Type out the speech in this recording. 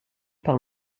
par